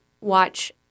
watch